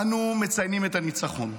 אנו מציינים את הניצחון,